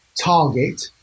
target